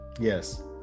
Yes